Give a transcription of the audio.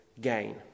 gain